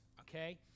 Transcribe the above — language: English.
okay